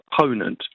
opponent